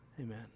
Amen